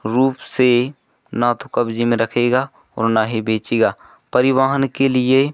रूप से न तो कब्जे में रखेगा और न ही बेचेगा परिवहन के लिए